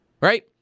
Right